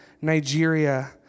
Nigeria